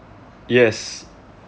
yes